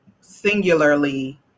singularly